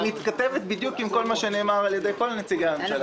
היא מתכתבת בדיוק עם כל מה שנאמר על ידי כל נציגי הממשלה.